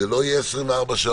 זה לא יהיה 24 שעות,